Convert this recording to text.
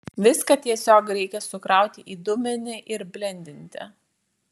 viską tiesiog reikia sukrauti į dubenį ir blendinti